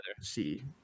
see